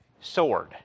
sword